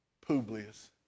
Publius